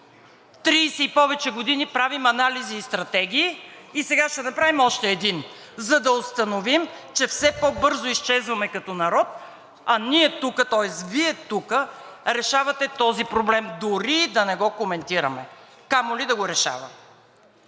и повече години правим анализи и стратегии и сега ще направим още един, за да установим, че все по-бързо изчезваме като народ, а ние тук, тоест Вие тук, решавате този проблем дори и да не го коментираме, камо ли да го решаваме.